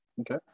Okay